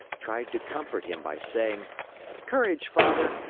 tried to comfort him by saying courage, father!